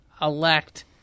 elect